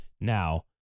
Now